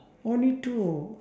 only two